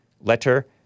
letter